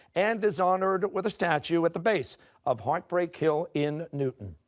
and is honored with a statue at the base of heartbreak hill in newton?